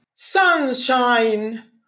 Sunshine